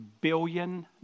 billion